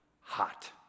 hot